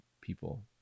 people